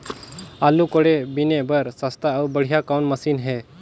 आलू कोड़े बीने बर सस्ता अउ बढ़िया कौन मशीन हे?